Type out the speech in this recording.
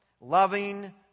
loving